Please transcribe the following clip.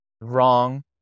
wrong